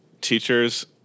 teachers